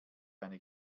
eine